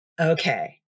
okay